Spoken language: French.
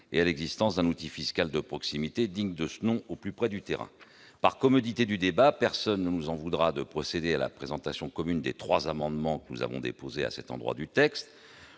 et à l'existence d'un outil fiscal de proximité digne de ce nom, au plus près du terrain. Pour la commodité du débat, personne ne nous en voudra de procéder à la présentation commune des trois amendements que nous avons déposés à cet endroit du texte.